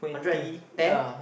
hundred and ten